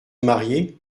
marier